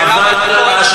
השאלה מה קורה,